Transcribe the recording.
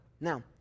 Now